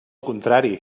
contrari